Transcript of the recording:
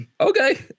Okay